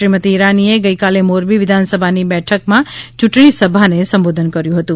શ્રીમતી ઈરાની એ ગઇકાલે મોરબી વિધાન સભાની બેઠક માટે ચૂંટણીસભાને સંબોધન કર્યું હતું